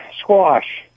Squash